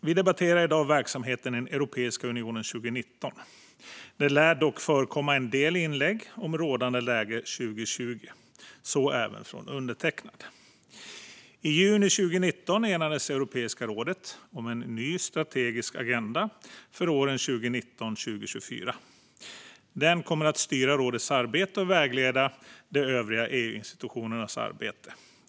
Vi debatterar i dag verksamheten i Europeiska unionen 2019. Det lär dock förekomma en del inlägg om rådande läge 2020 - så även från undertecknad. I juni 2019 enades Europeiska rådet om en ny strategisk agenda för åren 2019-2024. Den kommer att styra rådets arbete och vägleda de övriga EU-institutionernas arbete.